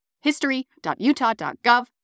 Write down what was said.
history.utah.gov